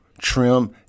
trim